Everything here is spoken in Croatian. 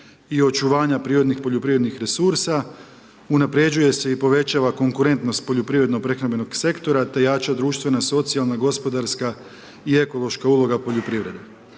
i očuvanja prirodnih poljoprivrednih resursa, unapređuje se i povećava konkurentnost poljoprivredno prehrambenog sektora te jača društvena, socijalna, gospodarska i ekološka uloga poljoprivrede.